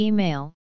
Email